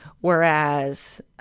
whereas